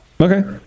okay